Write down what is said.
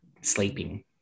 sleeping